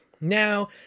Now